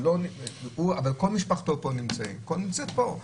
אבל כל משפחתו נמצאת פה.